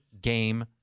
game